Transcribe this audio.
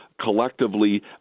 collectively